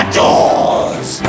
doors